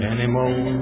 Anymore